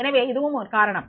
எனவே இதுவும் ஒரு காரணம்